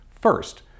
First